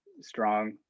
strong